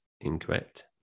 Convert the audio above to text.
incorrect